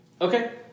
Okay